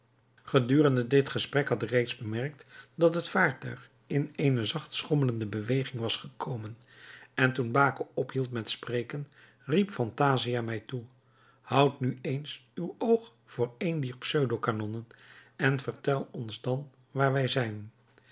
gedurende dit gesprek had ik reeds bemerkt dat het vaartuig in eene zacht schommelende beweging was gekomen en toen baco ophield met spreken riep phantasia mij toe houd nu eens uw oog voor een dier pseudokanonnen en vertel ons dan waar wij zijn